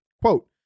Quote